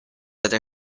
other